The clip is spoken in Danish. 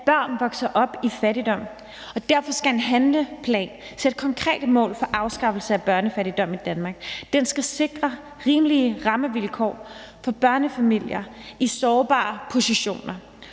børn vokser op i fattigdom, og derfor skal en handleplan sætte konkrete mål for afskaffelse af børnefattigdom i Danmark, den skal sikre rimelige rammevilkår for børnefamilier i sårbare positioner,